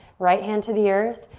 right hand to the earth,